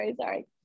sorry